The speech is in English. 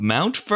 Mount